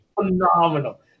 Phenomenal